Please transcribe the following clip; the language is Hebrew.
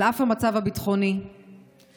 על אף המצב הביטחוני והקורונה,